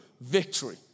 victory